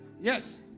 Yes